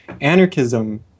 Anarchism